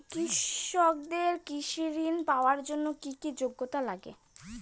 কৃষকদের কৃষি ঋণ পাওয়ার জন্য কী কী যোগ্যতা লাগে?